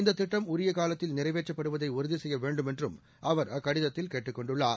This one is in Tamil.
இந்த திட்டம் உரிய காலத்தில் நிறைவேற்றப்படுவதை உறுதி செய்ய வேண்டுமென்றும் அவர் அக்கடிதத்தில் கேட்டுக் கொண்டுள்ளார்